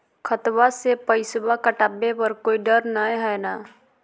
खतबा से पैसबा कटाबे पर कोइ डर नय हय ना?